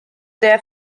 their